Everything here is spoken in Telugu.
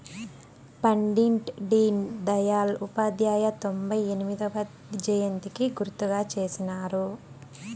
పండిట్ డీన్ దయల్ ఉపాధ్యాయ తొంభై ఎనిమొదవ జయంతికి గుర్తుగా చేసినారు